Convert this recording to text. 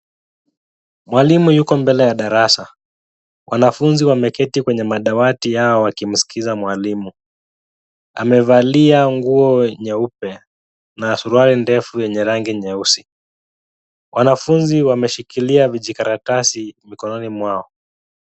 Mwalimu yuko mbele ya darasa. Wanafunzi wameketi kwenye madawati yao wakimsikiza mwalimu. Amevalia nguo nyeupe na suruali ndefu yenye rangi nyeusi. Wanafunzi wameshikilia vijikaratasi mikononi mwao.